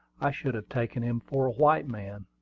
i should have taken him for a white man.